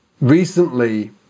recently